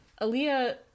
Aaliyah